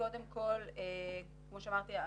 קודם כל כמו שאמרתי,